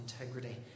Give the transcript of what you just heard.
integrity